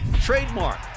trademark